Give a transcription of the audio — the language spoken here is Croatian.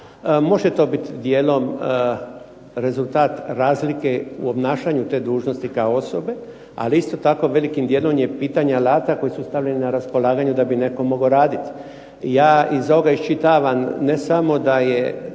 Može to bit dijelom rezultat razlike u obnašanju te dužnosti kao osobe, ali isto tako velikim dijelom je pitanje alata koji su stavljeni na raspolaganje da bi netko mogao raditi. Ja iz ovog iščitavam ne samo da je